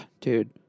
Dude